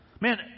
Man